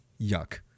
Yuck